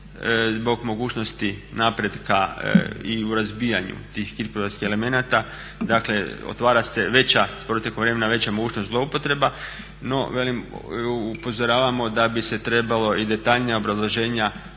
zbog mogućnosti napretka i u razbijanju tih kriptografskih elemenata dakle otvara se s protekom vremena veća mogućnost zloupotreba, no velim upozoravamo da bi se trebala i detaljnija obrazloženja